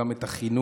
גם את החינוך.